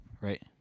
right